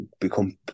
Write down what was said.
become